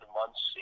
months